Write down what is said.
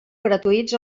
gratuïts